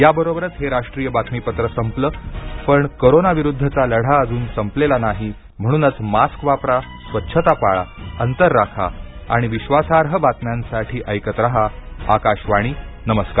याबरोबरच हे राष्ट्रीय बातमीपत्र संपलं पण कोरोनाविरुद्धचा लढा अजून संपलेला नाही म्हणूनच मास्क वापरा स्वच्छता पाळा अंतर राखा आणि विश्वासार्ह बातम्यांसाठी ऐकत रहा आकाशवाणी नमस्कार